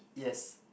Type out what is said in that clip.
yes